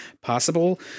possible